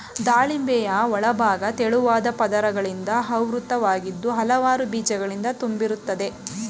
ದಾಳಿಂಬೆಯ ಒಳಭಾಗ ತೆಳುವಾದ ಪದರಗಳಿಂದ ಆವೃತವಾಗಿದ್ದು ಹಲವಾರು ಬೀಜಗಳಿಂದ ತುಂಬಿರ್ತದೆ